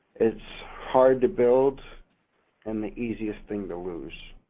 it's hard to build and the easiest thing to lose.